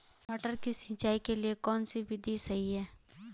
मटर की सिंचाई के लिए कौन सी विधि सही है?